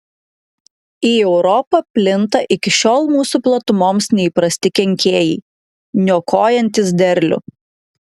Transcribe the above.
į europą plinta iki šiol mūsų platumoms neįprasti kenkėjai niokojantys derlių